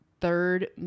third